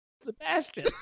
Sebastian